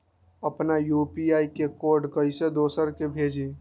अपना यू.पी.आई के कोड कईसे दूसरा के भेजी?